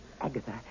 Agatha